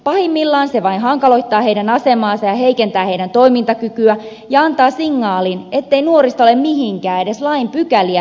pahimmillaan se vain hankaloittaa heidän asemaansa ja heikentää heidän toimintakykyään ja antaa signaalin ettei nuorista ole mihinkään edes lain pykäliä täyttämään